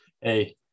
hey